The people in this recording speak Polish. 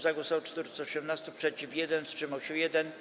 Za głosowało 418, przeciw - 1, wstrzymał się 1.